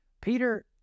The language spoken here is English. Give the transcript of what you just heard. Peter